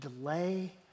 delay